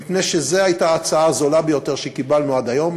מפני שזו הייתה ההצעה הזולה ביותר שקיבלנו עד היום,